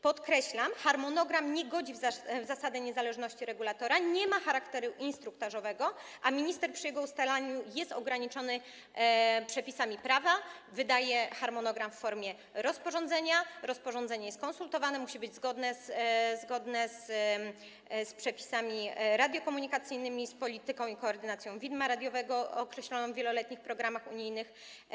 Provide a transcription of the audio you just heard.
Podkreślam: harmonogram nie godzi w zasadę niezależności regulatora, nie ma charakteru instruktażowego, a minister przy jego ustalaniu jest ograniczony przepisami prawa - wydaje harmonogram w formie rozporządzenia, rozporządzenie jest konsultowane, musi być zgodne z przepisami radiokomunikacyjnymi, z polityką i koordynacją widma radiowego określoną w wieloletnich programach unijnych.